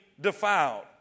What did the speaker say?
defiled